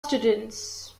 students